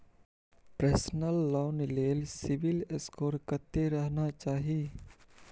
Personal loan ले CIBIL score कत्ते रहना चाही?